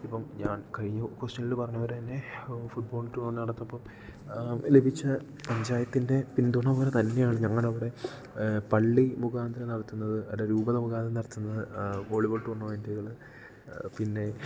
ഇപ്പം ഞാൻ കഴിഞ്ഞ ക്വസ്റ്റനിൽ പറഞ്ഞതു പോലെ തന്നെ ഫുട്ബോൾ ടൂർണമെൻ്റ് നടത്തിയപ്പം ലഭിച്ച പഞ്ചായത്തിൻ്റെ പിന്തുണ പോലെ തന്നെയാണ് ഞങ്ങളുടെ അവിടെ പള്ളി മുഖാന്തരം നടത്തുന്നത് അല്ലേൽ രൂപത മുഖാന്തരം നടത്തുന്നത് വോളിബോൾ ടൂർണമെൻറ്റുകൾ പിന്നെ